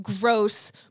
gross